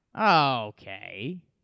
Okay